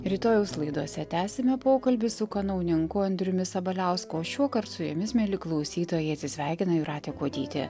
rytojaus laidose tęsime pokalbį su kanauninku andriumi sabaliausku o šiuokart su jumis mieli klausytojai atsisveikina jūratė kuodytė